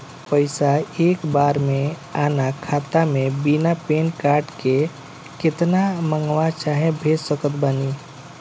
पैसा एक बार मे आना खाता मे बिना पैन कार्ड के केतना मँगवा चाहे भेज सकत बानी?